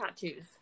tattoos